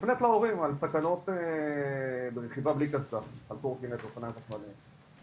מופנית להורים על סכנות ברכיבה בלי קסדה על קורקינט ואופניים חשמליים,